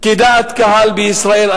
כדעת קהל בישראל,